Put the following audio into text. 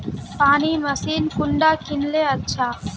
पानी मशीन कुंडा किनले अच्छा?